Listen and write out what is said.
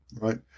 right